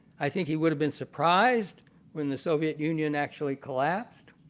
i think he would have been surprised when the soviet union actually collapsed.